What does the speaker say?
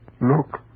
Look